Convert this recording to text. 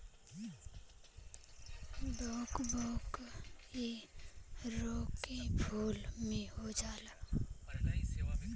कबो कबो इ एके फूल में हो जाला